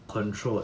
controlled